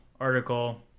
article